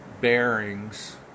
bearings